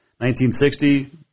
1960